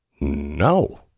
No